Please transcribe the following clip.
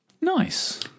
Nice